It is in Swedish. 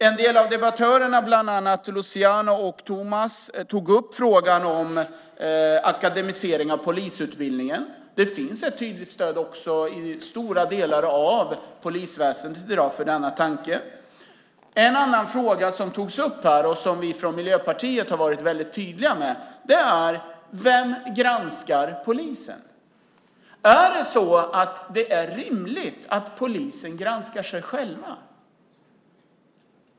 En del av debattörerna, bland annat Luciano och Thomas, har tagit upp frågan om en akademisering av polisutbildningen. Också i stora delar av polisväsendet finns det i dag ett tydligt stöd för denna tanke. En annan fråga som här tagits upp och där vi i Miljöpartiet varit väldigt tydliga är den om vem som granskar polisen. Är det rimligt att polisen granskar sig själv?